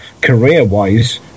career-wise